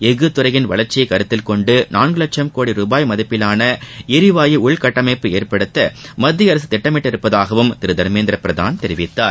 எஃகுத் துறையின் வளர்ச்சியை கருத்தில்கொண்டு நாள்கு லட்சம் கோடி ரூபாய் மதிப்பிலான எரிவாயு உள்கட்டமைப்பு ஏற்படுத்த மத்திய அரசு திட்டமிட்டிருப்பதாகவும் திரு தர்மேந்திர பிரதான் தெரிவித்தார்